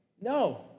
No